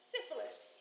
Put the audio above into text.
Syphilis